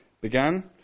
began